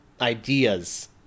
ideas